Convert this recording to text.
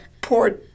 poor